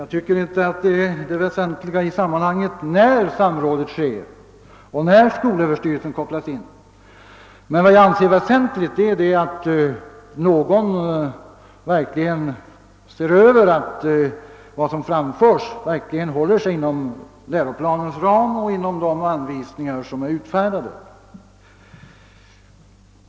Jag anser inte att det väsentliga i sammanhanget är när samrådet sker eller när skolöverstyrelsen kopplas in. Vad jag anser väsentligt är att någon ser över att vad som framförs verkligen håller sig inom läroplanens ram och inom de anvisningar som är utfärdade.